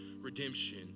redemption